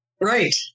Right